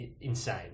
insane